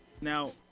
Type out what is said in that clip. Now